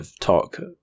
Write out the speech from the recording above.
talk